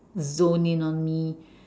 zoom in on me